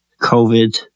COVID